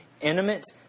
intimate